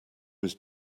was